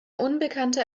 unbekannte